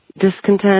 discontent